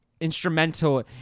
instrumental